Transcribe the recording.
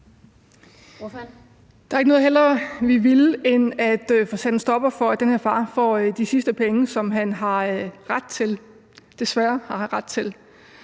Der er ikke noget, vi hellere ville end at få sat en stopper for, at den her far får de sidste penge, som han desværre har ret til.